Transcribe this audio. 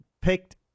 picked